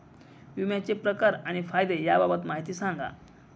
विम्याचे प्रकार आणि फायदे याबाबत माहिती सांगा